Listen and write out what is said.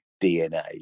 DNA